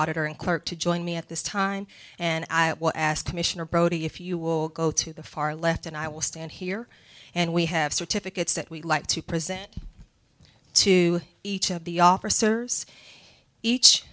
auditor and clerk to join me at this time and i will ask commissioner brody if you will go to the far left and i will stand here and we have certificates that we'd like to present to each of the officers each